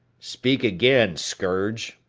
speak again scourge.